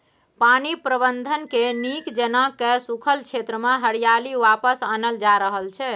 पानि प्रबंधनकेँ नीक जेना कए सूखल क्षेत्रमे हरियाली वापस आनल जा रहल छै